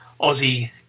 Aussie